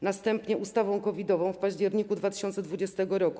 Następnie ustawą COVID-ową w październiku 2020 r.